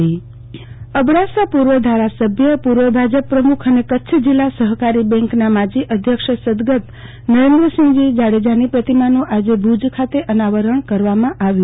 આરતી ભટ પ્રતિમાનં અનાવરણ અબડાસા પર્વ ધારાસભ્ય પૂર્વ ભાજપ પ્રમૂખ અને કચ્છ જિલ્લા સહકારો બેંકના માજીઅધ્યક્ષ સદગત નરેન્દ્રસિંહજી જાડેજાની પ્રતિમાનું આજે ભુજ ખાતે અનાવરણ કરવામાં આવ્યું